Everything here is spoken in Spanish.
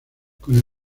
con